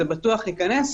זה בטוח ייכנס,